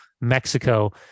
Mexico